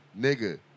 nigga